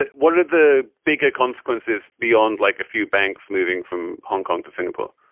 but what are the bigger consequences beyond like a few banks moving from hong kong to singapore?